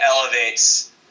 elevates –